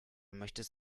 möchtest